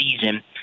season